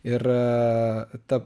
ir ta